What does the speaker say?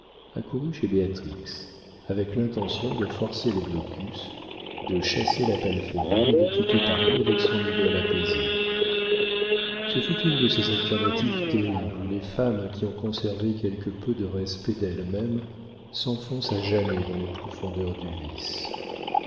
accourut chez béatrix avec l'intention de forcer le blocus de chasser la palférine et de quitter paris avec son idole apaisée ce fut une de ces alternatives terribles où les femmes qui ont conservé quelque peu de respect d'elles-mêmes s'enfoncent à jamais dans les profondeurs du vice